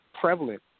prevalent